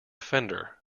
fender